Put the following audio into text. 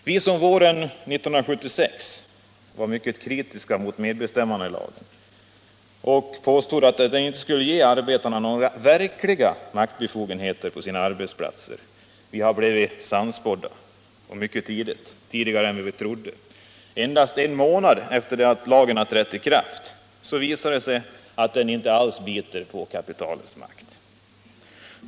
Vi som våren 1976 var mycket kritiska mot medbestämmandelagen och påstod att den inte skulle ge arbetarna några verkliga maktbefogenheter på sina arbetsplatser har nu blivit sannspådda mycket tidigare än vi trodde. Endast en månad efter det att lagen trätt i kraft visar det sig att den inte biter på kapitalets makt.